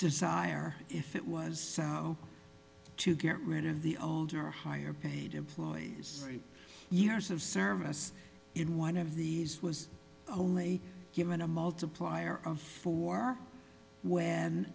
desire if it was to get rid of the older higher paid employees years of service in one of these was only given a multiplier of four when